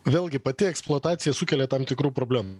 vėlgi pati eksploatacija sukelia tam tikrų problem